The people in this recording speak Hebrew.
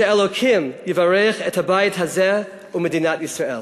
שאלוקים יברך את הבית הזה ואת מדינת ישראל.